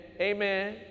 Amen